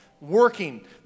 working